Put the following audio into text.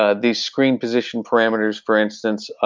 ah these screen position parameters, for instance.